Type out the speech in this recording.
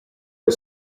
per